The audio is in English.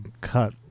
cut